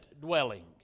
dwelling